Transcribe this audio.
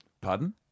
Pardon